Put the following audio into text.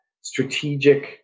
strategic